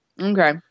Okay